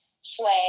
Sway